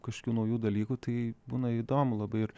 kažkokių naujų dalykų tai būna įdomu labai ir